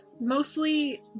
mostly